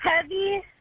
Heavy